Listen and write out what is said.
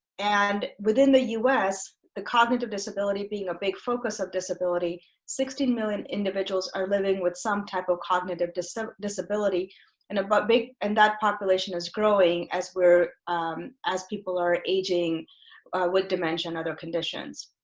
and within the us the cognitive disability being a big focus of disability sixteen million individuals are living with some type of cognitive so disability and a but big and that population is growing as we're as people are aging with dementia and other conditions.